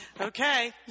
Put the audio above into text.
Okay